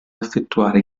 effettuare